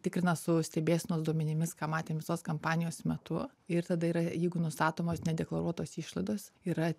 tikrina su stebėsenos duomenimis ką matėm visos kampanijos metu ir tada yra jeigu nustatomos nedeklaruotos išlaidos yra